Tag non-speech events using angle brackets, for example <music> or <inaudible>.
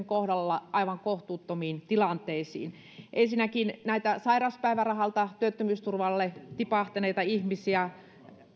<unintelligible> kohdalla aivan kohtuuttomiin tilanteisiin ensinnäkin oli näitä sairauspäivärahalta työttömyysturvalle tipahtaneita ihmisiä